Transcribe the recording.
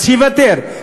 יוותר,